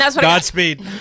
Godspeed